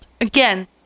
Again